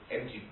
empty